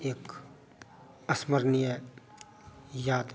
एक अस्मरणीय याद